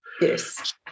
Yes